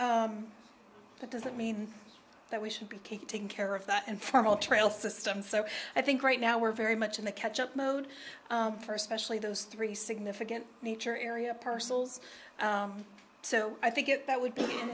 that doesn't mean that we should be can't take care of that informal trail system so i think right now we're very much in the catch up mode for especially those three significant nature area parcels so i think it that would be an